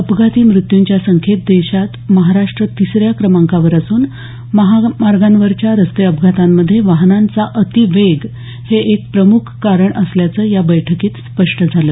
अपघाती मृत्यूंच्या संख्येत देशात महाराष्ट्र तिसऱ्या क्रमांकावर असून महामार्गांवरील रस्ते अपघातामध्ये वाहनांचा अतीवेग हे एक प्रमुख कारण असल्याचं या बैठकीत स्पष्ट झालं